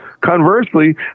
conversely